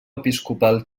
episcopal